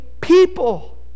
people